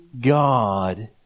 God